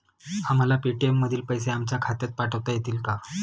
आम्हाला पेटीएम मधील पैसे आमच्या खात्यात पाठवता येतील का?